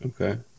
Okay